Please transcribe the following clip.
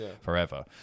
forever